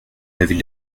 l’avis